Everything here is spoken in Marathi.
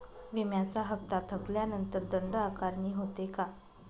विम्याचा हफ्ता थकल्यानंतर दंड आकारणी होते का?